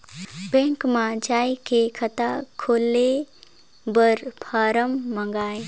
Bank मे जाय के खाता खोले बर फारम मंगाय?